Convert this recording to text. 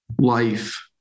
life